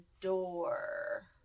door